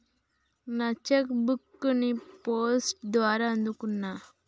నా cheque book ని post ద్వారా అందుకున్నా